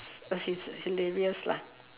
because it's hilarious lah